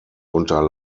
unter